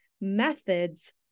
methods